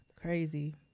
Crazy